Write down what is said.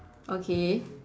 okay